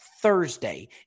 Thursday